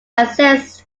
accessed